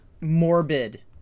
morbid